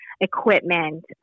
equipment